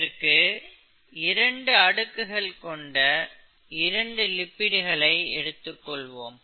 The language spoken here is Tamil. இதற்கு இரண்டு அடுக்குகள் கொண்ட இரண்டு லிப்பிடுகளை எடுத்துக்கொள்வோம்